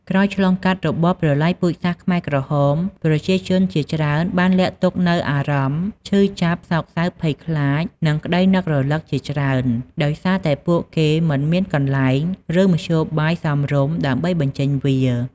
ក្រោយឆ្លងកាត់របបប្រល័យពូជសាសន៍ខ្មែរក្រហម ប្រជាជនជាច្រើនបានលាក់ទុកនូវអារម្មណ៍ ឈឺចាប់ សោកសៅ ភ័យខ្លាច និងក្តីនឹករលឹក ជាច្រើន ដោយសារតែពួកគេមិនមានកន្លែង ឬមធ្យោបាយសមរម្យដើម្បីបញ្ចេញវា។